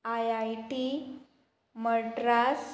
I I T Madras